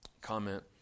comment